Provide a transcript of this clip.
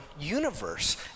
universe